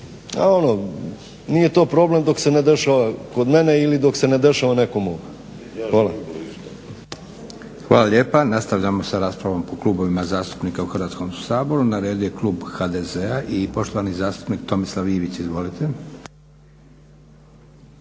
i nije to problem dok se ne dešava kod mene ili dok se ne dešava nekom mom. Hvala. **Leko, Josip (SDP)** Hvala lijepa. Nastavljamo sa raspravom po klubovima zastupnika u Hrvatskom saboru. Na redu je klub HDZ-a i poštovani zastupnik Tomislav Ivić. Izvolite.